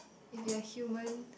if you are human